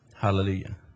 Hallelujah